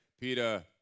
Peter